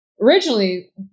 Originally